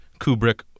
Kubrick